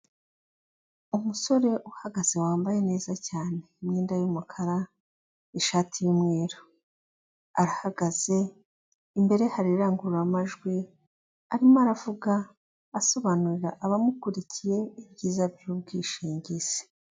Umusore uhagaze wambaye neza cyane, imyenda y'umukara, ishati yumweru; arahagaze imbere hari irangururamajwi, arimo aravuga asobanurira abamukurikiye ibyiza by'ubwishingizi.